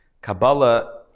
Kabbalah